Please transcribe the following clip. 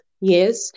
Yes